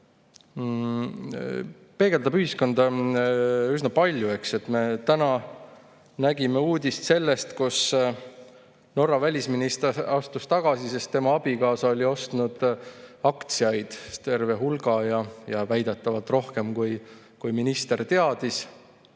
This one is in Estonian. peegeldab ühiskonda üsna palju, eks. Me täna nägime uudist sellest, et Norra välisminister astus tagasi, sest tema abikaasa oli ostnud aktsiaid terve hulga ja väidetavalt rohkem, kui minister teadis,